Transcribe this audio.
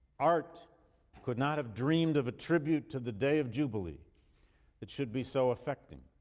art could not have dreamed of a tribute to the day of jubilee it should be so affecting.